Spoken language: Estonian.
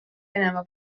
venemaa